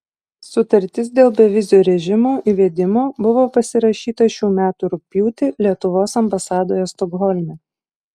sutartis dėl bevizio režimo įvedimo buvo pasirašyta šių metų rugpjūtį lietuvos ambasadoje stokholme